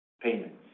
payments